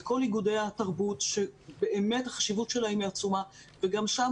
כל איגודי התרבות שבאמת החשיבות שלהם היא עצומה וגם שם